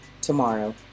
tomorrow